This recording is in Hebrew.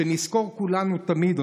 שנזכור כולנו תמיד,